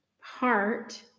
heart